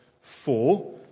four